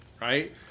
right